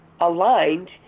aligned